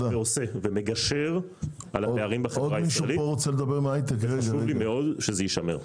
עושה ומגשר על הפערים בחברה הישראלית וחשוב לי מאוד שזה יישמר.